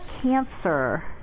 cancer